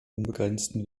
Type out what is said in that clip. unbegrenzten